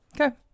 Okay